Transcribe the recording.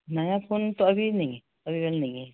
नया फ़ोन तो अभी नहीं अभी बनी नहीं एकदम